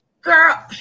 girl